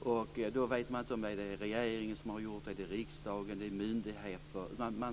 och då vet man inte om det är regering, riksdag eller myndigheter.